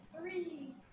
three